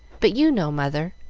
but you know, mother